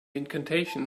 incantation